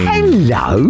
Hello